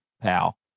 pal